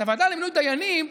את הוועדה למינוי דיינים,